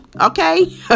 Okay